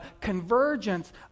convergence